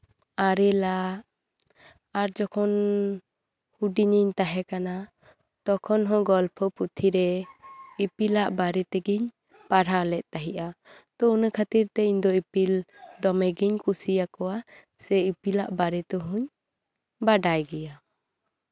ᱟᱨᱮᱞᱟ ᱡᱚᱠᱷᱚᱱ ᱦᱮᱸ ᱦᱩᱰᱤᱧ ᱤᱧ ᱛᱟᱦᱮᱸ ᱠᱟᱱᱟ ᱛᱚᱠᱷᱚᱱ ᱦᱚᱸ ᱜᱚᱞᱯᱚ ᱯᱩᱛᱷᱤ ᱨᱮ ᱤᱯᱤᱞᱟᱜ ᱵᱟᱨᱮ ᱛᱮᱜᱮᱧ ᱯᱟᱲᱦᱟᱣ ᱞᱮᱜ ᱛᱟᱦᱮᱸᱜᱼᱟ ᱛᱚ ᱚᱱᱟ ᱠᱷᱟᱹᱛᱤᱨ ᱛᱮ ᱤᱧ ᱫᱚ ᱤᱯᱤᱞ ᱫᱚᱢᱮᱜᱤᱧ ᱠᱩᱥᱤ ᱟᱠᱚᱣᱟ ᱥᱮ ᱤᱯᱤᱞᱟᱜ ᱵᱟᱨᱮ ᱛᱮᱦᱚᱧ ᱵᱟᱰᱟᱭ ᱜᱮᱭᱟ